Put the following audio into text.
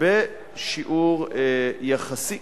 בשיעור יחסי,